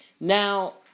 Now